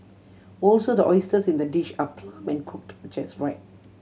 also the oysters in the dish are plump and cooked just right